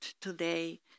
today